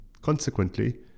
Consequently